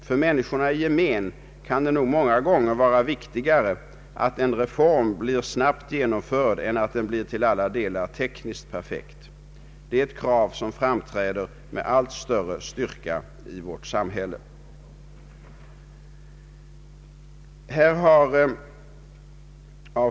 För människorna i gemen kan det många gånger vara viktigare att en reform blir snabbt genomförd än att den blir till alla delar tekniskt perfekt. Det förra kravet framträder med allt större styrka i vårt samhälle.